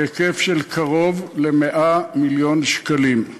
בהיקף של קרוב ל-100 מיליון שקלים.